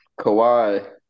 Kawhi